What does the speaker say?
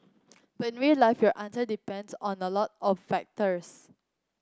but real life your answer depends on a lot of factors